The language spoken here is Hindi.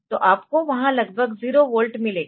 तो आपको वहां लगभग 0 वोल्ट मिलेगा